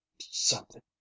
something